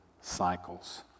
cycles